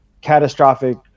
catastrophic